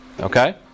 Okay